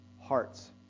hearts